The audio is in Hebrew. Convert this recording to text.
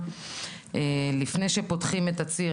לפני שפותחים את הציר,